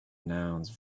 nouns